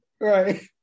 right